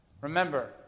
remember